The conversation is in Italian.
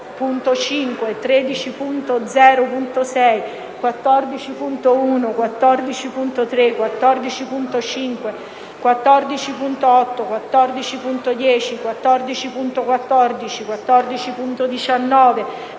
13.0.5, 13.0.6, 14.1, 14.3, 14.5, 14.8, 14.10, 14.14, 14.19,